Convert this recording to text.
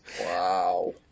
Wow